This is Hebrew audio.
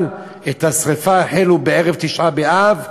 אבל השרפה החלו בערב תשעה באב,